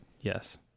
yes